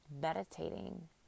meditating